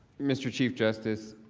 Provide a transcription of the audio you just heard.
mr. chief justice,